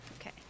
okay